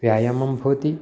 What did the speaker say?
व्यायामं भवति